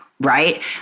right